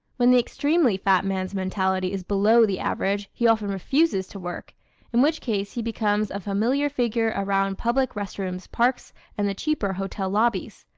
when the extremely fat man's mentality is below the average he often refuses to work in which case he becomes a familiar figure around public rest rooms, parks and the cheaper hotel lobbies.